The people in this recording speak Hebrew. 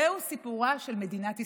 זהו סיפורה של מדינת ישראל.